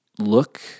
look